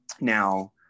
now